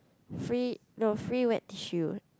free no free wet tissue